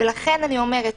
לכן אני אומרת